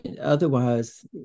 otherwise